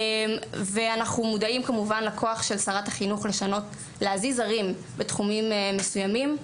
אנחנו מודעים לכוח של שרת החינוך להזיז הרים בתחומים מסוימים,